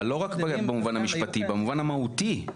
אבל לא רק במובן המשפטי, במובן המהותי.